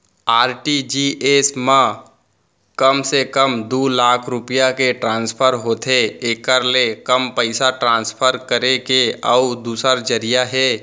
RTGS म कम से कम दू लाख रूपिया के ट्रांसफर होथे एकर ले कम पइसा ट्रांसफर करे के अउ दूसर जरिया हे